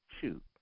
Shoot